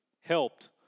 helped